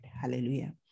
Hallelujah